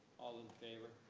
all in favor.